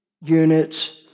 units